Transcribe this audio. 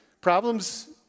problems